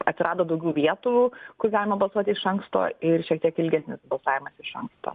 atsirado daugiau vietų kur galima balsuoti iš anksto ir šiek tiek ilgesnis balsavimas iš anksto